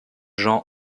jean